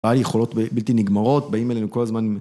היה לי יכולות בלתי נגמרות, באים אלינו כל הזמן...